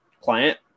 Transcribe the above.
client